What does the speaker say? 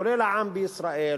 כולל העם בישראל,